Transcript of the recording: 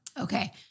Okay